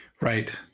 Right